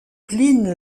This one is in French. pline